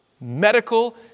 Medical